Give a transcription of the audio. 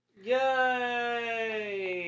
Yay